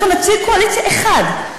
אנחנו יכולים לעמוד פה עוד הרבה מאוד שעות.